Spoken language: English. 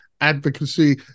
advocacy